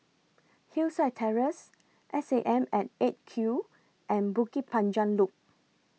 Hillside Terrace SAM At eight Q and Bukit Panjang Loop